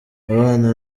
abana